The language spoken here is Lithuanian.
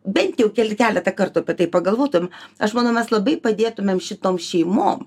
bent jau keletą kartų apie tai pagalvotum aš manau mes labai padėtumėm šitom šeimom